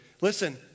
Listen